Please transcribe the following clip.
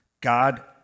God